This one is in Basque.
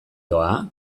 doa